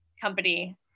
company